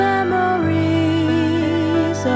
Memories